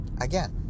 again